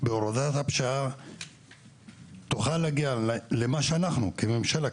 בהורדת הפשיעה תוכל להגיע למה שאנחנו כממשלה,